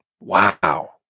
Wow